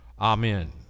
Amen